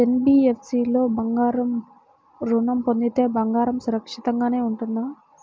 NBFC లో బంగారు ఋణం పొందితే బంగారం సురక్షితంగానే ఉంటుందా?